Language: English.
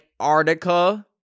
Antarctica